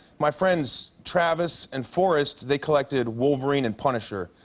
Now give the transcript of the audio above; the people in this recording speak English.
my friends travis and forrest, they collected wolverine and punisher,